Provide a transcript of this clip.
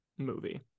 movie